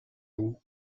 haut